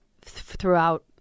throughout